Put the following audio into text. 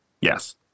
Yes